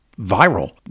viral